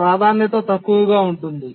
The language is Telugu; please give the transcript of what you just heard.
ప్రాధాన్యత తక్కువగా ఉంటుంది